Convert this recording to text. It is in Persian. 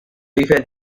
ایفل